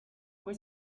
fue